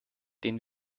den